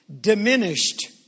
diminished